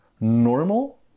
normal